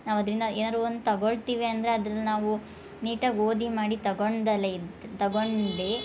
ನಾವು ಅದರಿಂದ ಏನಾರು ಒಂದು ತಗೊಳ್ತೀವಿ ಅಂದರೆ ಅದನ್ನ ನಾವು ನೀಟಾಗಿ ಓದಿ ಮಾಡಿ ತಗೊಳ್ದಲೇ ಇದು ತಗೊಂಡು